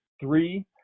three